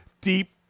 Deep